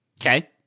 Okay